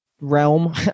realm